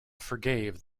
forgave